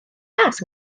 ras